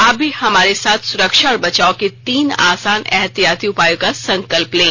आप भी हमारे साथ सुरक्षा और बचाव के तीन आसान एहतियाती उपायों का संकल्प लें